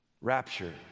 Rapture